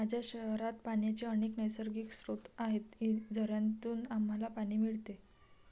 माझ्या शहरात पाण्याचे अनेक नैसर्गिक स्रोत आहेत, झऱ्यांतून आम्हाला पाणी मिळते